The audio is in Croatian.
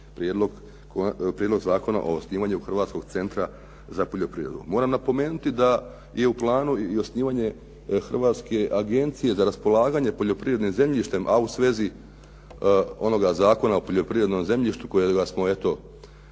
Prijedlog zakona o osnivanju Hrvatskog centra za poljoprivredu. Moram napomenuti da je u planu i osnivanje Hrvatske agencije za raspolaganje poljoprivrednim zemljištem, a u svezi onoga Zakona o poljoprivrednom zemljištu kojega smo eto